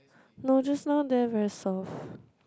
no just now they are very soft